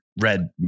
red